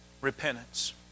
Repentance